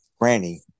Granny